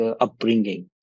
upbringing